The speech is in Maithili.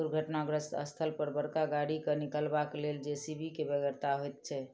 दुर्घटनाग्रस्त स्थल पर बड़का गाड़ी के निकालबाक लेल जे.सी.बी के बेगरता होइत छै